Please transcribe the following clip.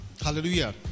Hallelujah